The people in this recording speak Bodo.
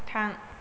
थां